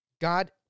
God